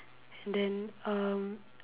and then um